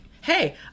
Hey